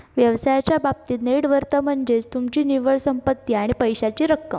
व्यवसायाच्या बाबतीत net worth म्हनज्ये तुमची निव्वळ संपत्ती आणि पैशाची रक्कम